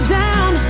down